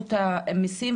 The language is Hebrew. רשות המיסים,